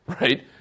right